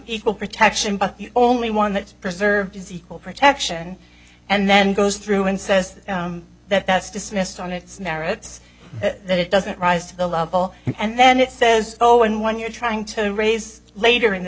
equal protection but only one that preserves equal protection and then goes through and says that that's dismissed on its merits that it doesn't rise to the level and then it says oh and when you're trying to raise later in the